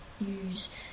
use